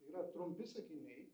yra trumpi sakiniai